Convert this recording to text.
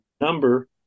number